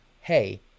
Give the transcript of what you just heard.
hey